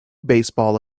baseball